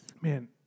Man